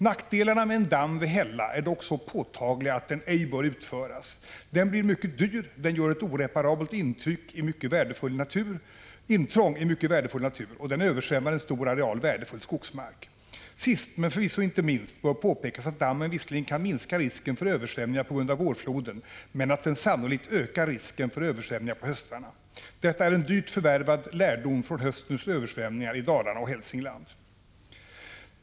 Nackdelarna med en damm vid Hälla är dock så påtagliga att den ej bör komma till stånd! Den blir mycket dyr, den gör ett oreparabelt intrång i mycket värdefull natur och den översvämmar en stor areal värdefull skogsmark. Sist — men förvisso inte minst — bör påpekas att dammen visserligen kan minska risken för översvämningar på grund av vårfloden men att den sannolikt ökar risken för översvämningar på höstarna. Detta är en dyrt förvärvad lärdom från höstens översvämningar i Dalarna och Hälsingland.